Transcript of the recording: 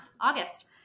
August